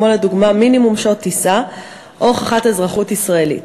כמו לדוגמה: מינימום שעות טיסה או הוכחת אזרחות ישראלית.